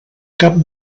cap